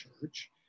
church